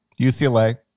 UCLA